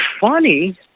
funny